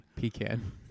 Pecan